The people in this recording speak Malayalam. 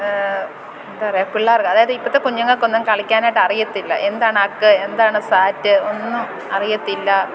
എന്താ പറയുക പിള്ളേർക്ക് അതായത് ഇപ്പോഴത്തെ കുഞ്ഞുങ്ങൾക്കൊന്നും കളിക്കാനായിട്ടറിയത്തില്ല എന്താണക്ക് എന്താണ് സാറ്റ് ഒന്നും അറിയത്തില്ല